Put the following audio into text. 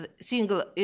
single